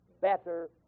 better